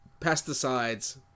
pesticides